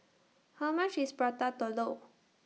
How much IS Prata Telur